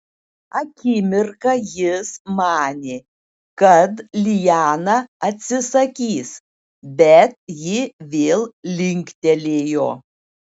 akimirką jis manė kad liana atsisakys bet ji vėl linktelėjo